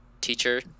teacher